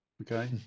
Okay